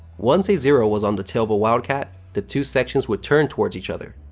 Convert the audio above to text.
once a zero was on the tale of a wildcat, the two sections would turn towards each other.